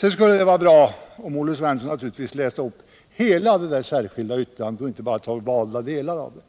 Det skulle naturligtvis vara bra om Olle Svensson ville läsa upp hela det särskilda yttrandet av mig och inte bara valda delar av det.